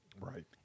Right